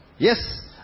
Yes